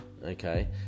okay